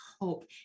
hope